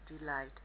delight